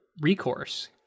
recourse